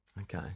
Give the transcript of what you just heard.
Okay